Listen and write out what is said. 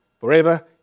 forever